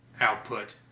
output